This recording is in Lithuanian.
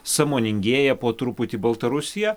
sąmoningėja po truputį baltarusija